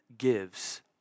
gives